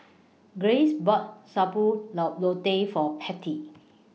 Grayce bought Sayur Lau Lodeh For Patti